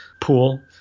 pool